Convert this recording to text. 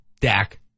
Dak